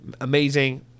Amazing